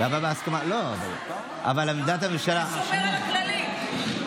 לוועדת העבודה והרווחה נתקבלה.